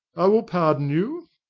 i will pardon you.